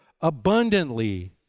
abundantly